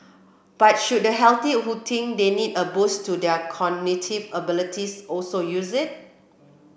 but should the healthy who think they need a boost to their cognitive abilities also use it